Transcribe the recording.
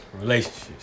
Relationships